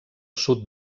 sud